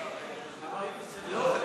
רגע,